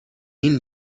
این